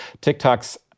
TikTok's